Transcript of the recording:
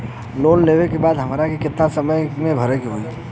Loan लेवे के बाद हमरा के कितना समय मे भरे के होई?